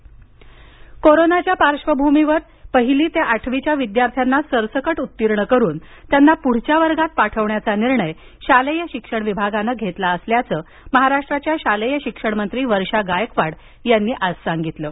राज्य उत्तीर्ण कोरोनाच्या पार्श्वभूमीवर पहिली ते आठवीच्या विद्यार्थ्यांना सरसकट उत्तीर्ण करून त्यांना पुढच्या वर्गात पाठवण्याचा निर्णय शालेय शिक्षण विभागानं घेतला असल्याचं आज शालेय शिक्षणमंत्री वर्षा गायकवाड यांनी सांगितलं आहे